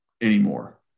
anymore